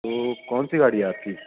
تو کون سی گاڑی ہے آپ کی